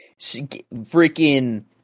freaking